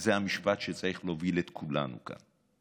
וזה המשפט שצריך להוביל את כולנו כאן: